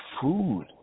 food